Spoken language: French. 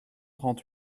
trente